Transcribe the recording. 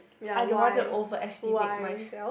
ya why why